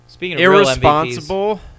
irresponsible